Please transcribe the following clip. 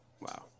Wow